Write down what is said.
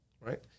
right